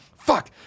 fuck